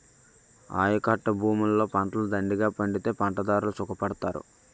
ఆయకట్టభూములలో పంటలు దండిగా పండితే పంటదారుడు సుఖపడతారు